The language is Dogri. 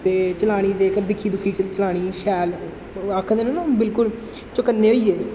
ते चलानी जेकर दिक्खी दुक्खी चलानी शैल ओह् आखदे ना बिल्कुल चकन्ने होइयै